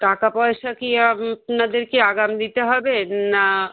টাকা পয়সা কি আপনাদের কি আগাম দিতে হবে না